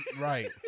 Right